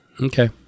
Okay